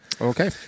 Okay